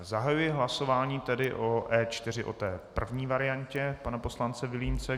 Zahajuji hlasování o E4, první variantě pana poslance Vilímce.